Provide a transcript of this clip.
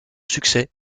succès